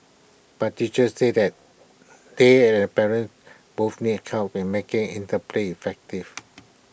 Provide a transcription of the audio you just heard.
but teachers say that they and the parents both need help in making interplay effective